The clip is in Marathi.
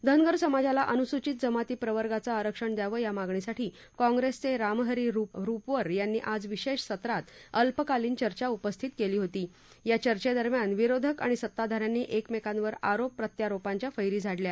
धनगर समाजाला अनुसूचित जमाती प्रवर्गाचं आरक्षण द्यावं या मागणीसाठी काँग्रेसचे रामहरी रूपवर यांनी आज विशेष सत्रात अल्पकालीन चर्चा उपस्थित केली होती या चर्चेदरम्यान विरोधक आणि सत्ताधाऱ्यांनी एकमेकांवर आरोप प्रत्यारोपांच्या फ्सी झाडल्या